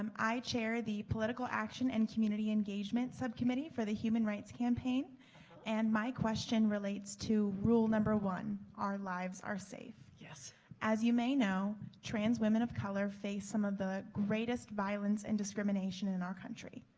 um i chair the political action and community engagement subcommittee for the human rights campaign and my question relates to rule number one, our lives are safe. as you may know, trans women of color face some of the greatest violence and discrimination in our country.